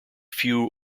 few